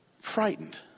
frightened